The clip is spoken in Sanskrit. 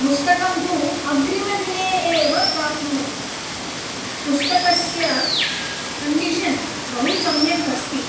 पुस्तकं तु अग्रिमदिने एव प्राप्तवति पुस्तकस्य कण्डीषन् बहु सम्यक् अस्ति